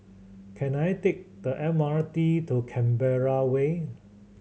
can I take the M R T to Canberra Way